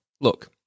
Look